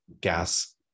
Gas